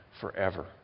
forever